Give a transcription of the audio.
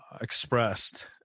expressed